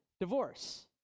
divorce